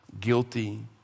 Guilty